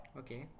okay